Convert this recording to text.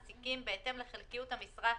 במס הכנסה,